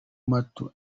mato